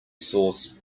sauce